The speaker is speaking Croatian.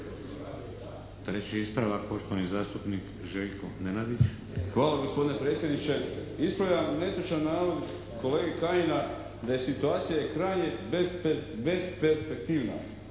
Treći ispravak poštovani zastupnik Željko Nenadić. **Nenadić, Željko (HDZ)** Hvala gospodine predsjedniče. Ispravljam netočan navod kolege Kajina da je situacija krajnje besperspektivna.